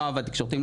לא עבד תקשורתיים,